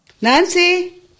Nancy